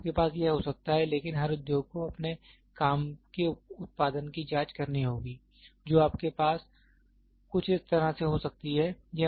आपके पास यह हो सकता है लेकिन हर उद्योग को अपने काम के उत्पादन की जाँच करनी होगी जो आपके पास कुछ इस तरह से हो सकती है